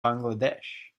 bangladesh